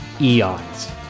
eons